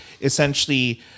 essentially